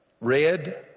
red